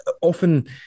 Often